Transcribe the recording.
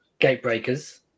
gatebreakers